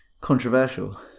controversial